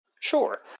Sure